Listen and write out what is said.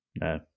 No